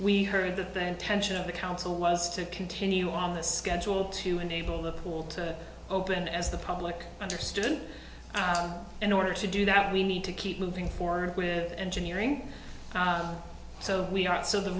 we heard that the intention of the council was to continue on the schedule to enable the pool to open as the public understood in order to do that we need to keep moving forward with engineering so we are so the